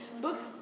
books